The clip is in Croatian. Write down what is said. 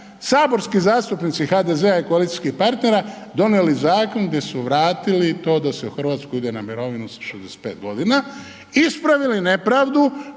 saborski zastupnici HDZ-a i koalicijskih partnera donijeli zakon gdje su vratili to da se u Hrvatskoj ide u mirovinu sa 65 godina, ispravili nepravdu